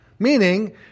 Meaning